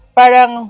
parang